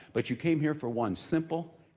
but you came here for one simple,